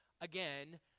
Again